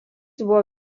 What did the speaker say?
buvo